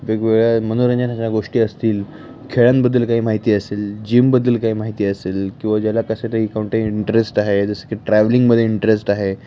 वेगवेगळ्या मनोरंजनाच्या गोष्टी असतील खेळांबद्दल काही माहिती असेल जिमबद्दल काही माहिती असेल किंवा ज्याला कसं ते कंटेट इंटरेस्ट आहे जसं की ट्रॅवलिंगमध्ये इंटरेस्ट आहे